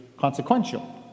consequential